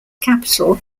capital